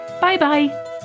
Bye-bye